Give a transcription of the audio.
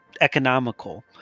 economical